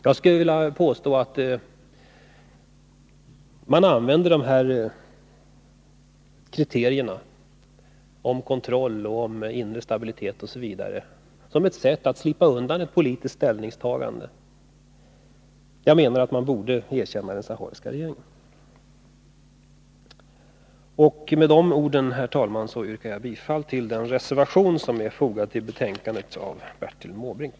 Jag skulle vilja påstå att man använder de här kriterierna om kontroll, inre stabilitet osv. som ett sätt att slippa undan ett politiskt ställningstagande. Jag menar att man borde erkänna den sahariska regeringen. Med de orden, herr talman, yrkar jag bifall till den reservation som är fogad till betänkandet av Bertil Måbrink.